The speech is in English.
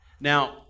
Now